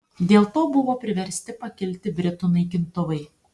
dėl to buvo priversti pakilti britų naikintuvai